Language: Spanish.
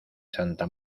santa